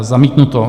Zamítnuto.